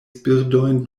birdojn